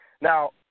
Now